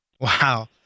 Wow